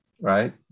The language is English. right